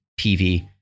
PV